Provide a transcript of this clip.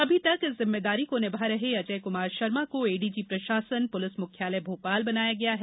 अभी तक इस जिम्मेदारी को निभा रहे अजय कुमार शर्मा को एडीजी प्रशासन पुलिस मुख्यालय भोपाल बनाया गया है